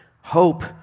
Hope